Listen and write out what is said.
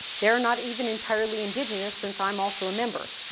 they're not even entirely indigenous, since i'm also a member.